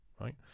right